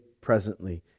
presently